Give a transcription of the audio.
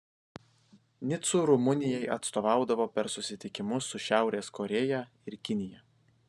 nicu rumunijai atstovaudavo per susitikimus su šiaurės korėja ir kinija